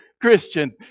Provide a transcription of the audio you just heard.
Christian